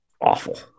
awful